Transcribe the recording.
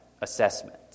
assessment